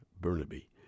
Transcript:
Burnaby